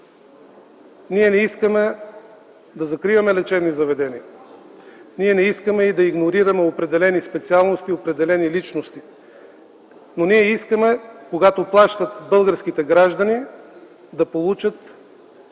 Ние не искаме да закриваме лечебни заведения. Ние не искаме да игнорираме определени специалности, определени личности, но ние искаме, когато плащат, българските граждани да получават